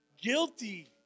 guilty